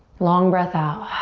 long breath out.